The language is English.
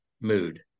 mood